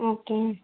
okay